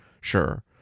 sure